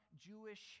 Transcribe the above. jewish